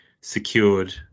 secured